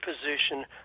position